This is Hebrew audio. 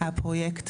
הפרויקט,